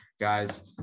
Guys